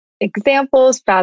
examples